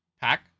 Pack